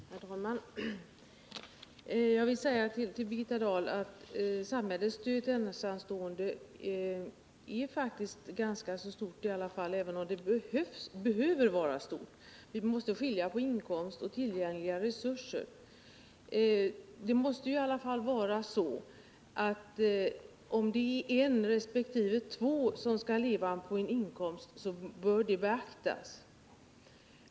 Herr talman! Jag vill säga till Birgitta Dahl att samhällets stöd till ensamstående faktiskt är ganska stort, även om det behöver vara stort. Vi måste skilja på inkomst och tillgängliga resurser. Det måste vara så, att om det är en resp. två som skall leva på en inkomst bör det beaktas.